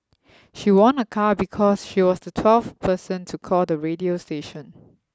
she won a car because she was the twelfth person to call the radio station